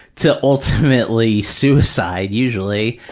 till ultimately suicide usually,